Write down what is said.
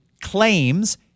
claims